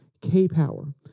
K-Power